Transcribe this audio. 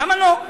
למה לא?